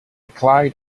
cloud